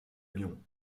lyon